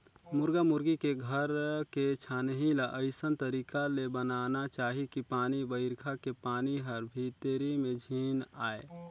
मुरगा मुरगी के घर के छानही ल अइसन तरीका ले बनाना चाही कि पानी बइरखा के पानी हर भीतरी में झेन आये